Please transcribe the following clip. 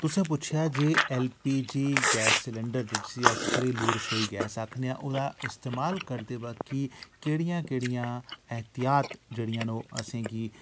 तुसें पुच्छेआ ऐ की जे एलपीजी गैस सिलेंडर जिसी अस घरेलु रसोई गैस आक्खने आं ओहदा इस्तेमाल करदे बाकी केह्ड़ियां केह्ड़ियां एह्तियात जेह्ड़ियां न ओह् असेंगी